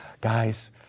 Guys